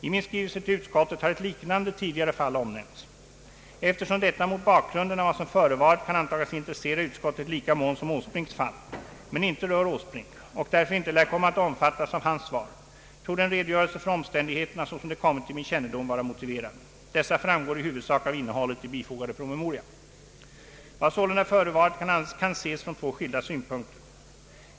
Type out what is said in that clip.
I min skrivelse till utskottet har ett liknande, tidigare fall omnämnts. Eftersom detta mot bakgrunden av vad som förevarit kan antagas intressera utskottet i lika mån som Åsbrinks fall Ang. valutaregleringen, m.m. men inte rör Åsbrink och därför inte lär komma att omfattas av hans svar, torde en redogörelse för omständigheterna såsom de kommit till min kännedom vara motiverad. Dessa framgår i huvudsak av innehållet i bifogade promemoria. Vad sålunda förevarit kan ses från två skilda synpunkter.